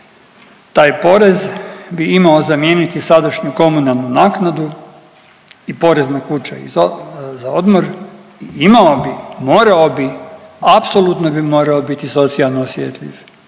taj porez bi imao zamijeniti sadašnju komunalnu naknadu i porez na kuće za odmor i imao bi, morao bi, apsolutno bi morao biti socijalno osjetljiv